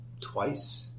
Twice